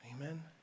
Amen